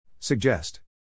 Suggest